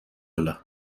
حالا